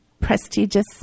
prestigious